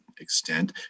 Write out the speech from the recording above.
extent